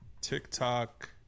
TikTok